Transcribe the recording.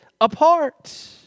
apart